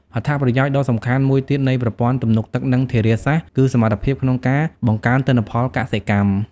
អត្ថប្រយោជន៍ដ៏សំខាន់មួយទៀតនៃប្រព័ន្ធទំនប់ទឹក និងធារាសាស្ត្រ គឺសមត្ថភាពក្នុងការបង្កើនទិន្នផលកសិកម្ម។